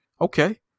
Okay